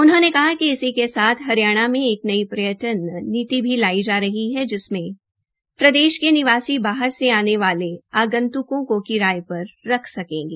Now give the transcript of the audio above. उन्होंने कहा कि इसी के साथ हरियाणा में एक नई पर्यटन नीति भी लाई जा रही है जिसमे प्रदेश के निवासी बाहर से आने वाले आगंत्कों को किराए पर रख सकेंगे